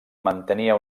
mantenia